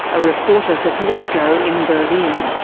a reporter for politico in berlin.